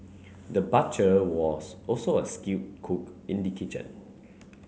the butcher was also a skilled cook in the kitchen